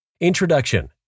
Introduction